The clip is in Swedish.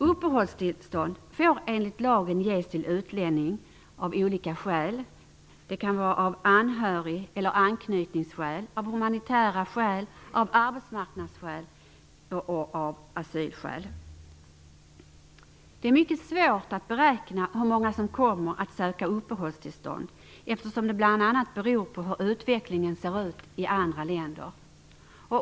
Uppehållstillstånd får enligt lagen ges till utlänning av anhörig eller anknytningsskäl, av humanitära skäl, av arbetsmarknadsskäl och av asylskäl. Det är mycket svårt att beräkna hur många som kommer att söka uppehållstillstånd, eftersom det bl.a. beror på hur utvecklingen ser ut i andra länder.